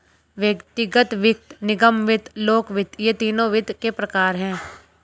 व्यक्तिगत वित्त, निगम वित्त, लोक वित्त ये तीनों वित्त के प्रकार हैं